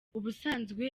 ubusanzwe